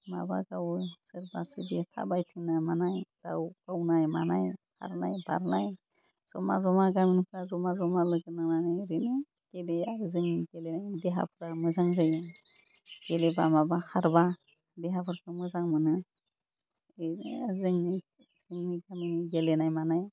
माबा गावो सोरबा सोरबिया थाबायथिंना मानाय दाउ गावनाय मानाय खारनाय बारनाय जमा जमा गामिनिफ्रा जमा जमा लोगो नांनानै ओरैनो गेलेयो आरो जोंनि गेलेनाय देहाफ्रा मोजां जायो गेलेबा माबा खारबा देहाफोरखौ मोजां मोनो बेनो जोंनि जोंनि गामिनि गेलेनाय मानाय